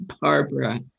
Barbara